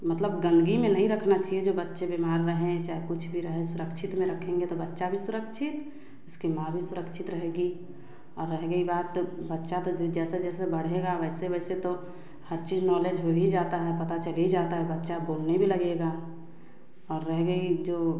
मतलब गंदगी में नहीं रखना चाहिए जो बच्चे बीमार रहे हैं चाहे कुछ भी रहे सुरक्षित में रखेंगे तो बच्चा भी सुरक्षित उसकी माँ भी सुरक्षित रहेगी और रह गई बात जैसे जैसे बढ़ेगा वैसे वैसे तो हर चीज नॉलेज हो ही जाता है पता चल ही जाता है बच्चा बोलने भी लगेगा और रह गई जो